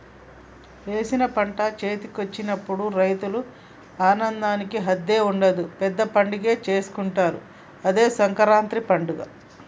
వేసిన పంట చేతికొచ్చినప్పుడు రైతుల ఆనందానికి హద్దే ఉండదు పెద్ద పండగే చేసుకుంటారు అదే సంకురాత్రి పండగ